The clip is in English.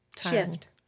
shift